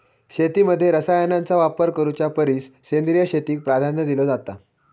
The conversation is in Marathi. शेतीमध्ये रसायनांचा वापर करुच्या परिस सेंद्रिय शेतीक प्राधान्य दिलो जाता